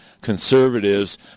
conservatives